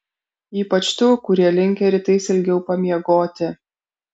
ypač tų kurie linkę rytais ilgiau pamiegoti